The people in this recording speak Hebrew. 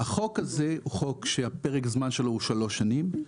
החוק הזה הוא חוק שפרק הזמן שלו הוא שלוש שנים.